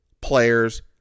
players